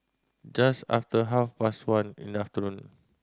just after half past one in the afternoon